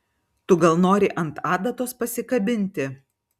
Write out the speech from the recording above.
tu gal nori ant adatos pasikabinti